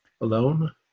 alone